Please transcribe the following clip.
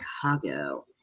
chicago